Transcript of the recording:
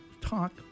talk